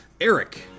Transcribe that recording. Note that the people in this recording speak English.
Eric